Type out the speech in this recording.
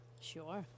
Sure